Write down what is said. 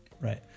Right